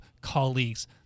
colleagues